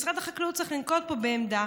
משרד החקלאות צריך לנקוט פה עמדה,